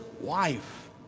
wife